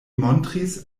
montris